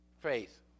Faith